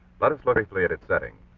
let us look briefly at its setting.